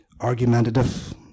argumentative